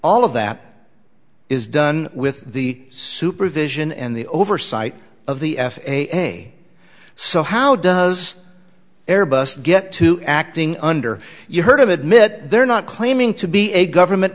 all of that is done with the supervision and the oversight of the f a a so how does airbus get to acting under you heard of admit they're not claiming to be a government